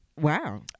wow